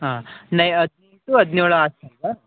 ಹಾಂ ನಯ್ ಹದಿನೆಂಟು ಹದಿನೇಳು ಅಲ್ವಾ